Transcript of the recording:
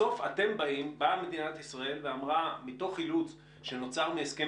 בסוף באה מדינת ישראל ואמרה: מתוך אילוץ שנוצר מהסכם